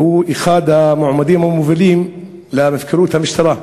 והוא אחד המועמדים המובילים למפכ"לות המשטרה.